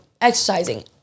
exercising